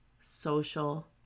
social